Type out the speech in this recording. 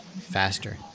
faster